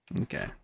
okay